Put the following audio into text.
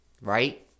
right